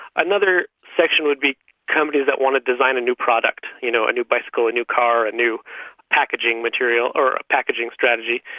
another section would be companies that want to design a new product, you know, a new bicycle, a new car, a new packaging material or packaging strategy.